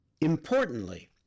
Importantly